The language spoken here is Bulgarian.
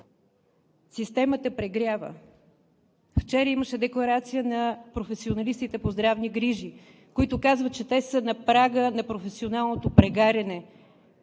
системата прегрява. Вчера имаше декларация на професионалистите по здравни грижи, които казват, че те са на прага на професионалното прегаряне.